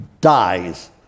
dies